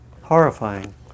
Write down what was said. horrifying